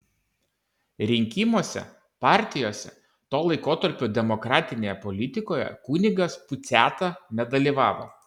rinkimuose partijose to laikotarpio demokratinėje politikoje kunigas puciata nedalyvavo